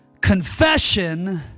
Confession